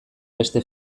beste